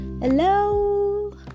hello